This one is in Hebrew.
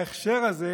ההכשר הזה